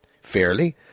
Fairly